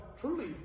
truly